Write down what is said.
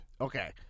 Okay